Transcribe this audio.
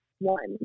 one